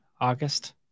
August